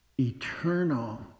eternal